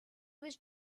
was